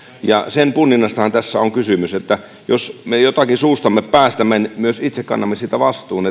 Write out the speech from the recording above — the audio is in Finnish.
sen punninnastahan tässä on kysymys että jos me jotakin suustamme päästämme myös itse kannamme siitä vastuun